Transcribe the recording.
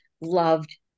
loved